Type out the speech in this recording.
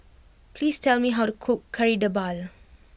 please tell me how to cook Kari Debal